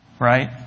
right